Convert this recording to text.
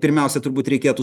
pirmiausia turbūt reikėtų